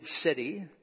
City